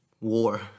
war